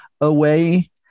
away